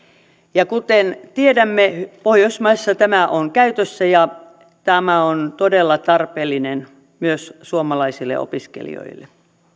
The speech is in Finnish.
kuten tiedämme pohjoismaissa tämä on käytössä ja tämä on todella tarpeellinen myös suomalaisille opiskelijoille